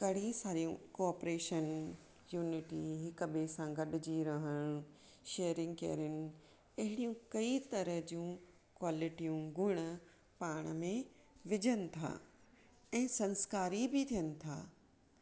गढ़ि सरियु cooperation unity कभी संघ गड जी रहन शेयरिंग केयरिंग अहिड़ियु कइ तरह जूं क्वालिटीयूं गुण पाण मे विझनि था ऐं संस्कारी बि थियनि था